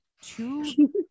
two